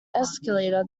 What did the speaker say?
escalator